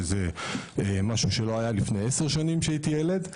שזה משהו שלא היה לפני 10 שנים כשהייתי ילד,